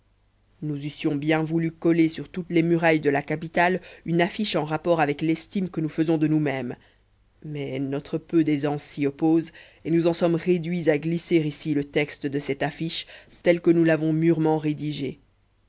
nous eussions bien voulu coller sur toutes les murailles de la capitale une affiche en rapport avec l'estime que nous faisons de nous même mais notre peu d'aisance s'y oppose et nous en sommes réduits à glisser ici le texte de cette affiche tel que nous l'avons mûrement rédigé